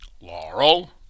Laurel